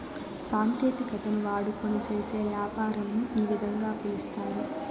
సాంకేతికతను వాడుకొని చేసే యాపారంను ఈ విధంగా పిలుస్తారు